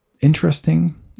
interesting